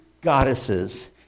goddesses